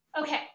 Okay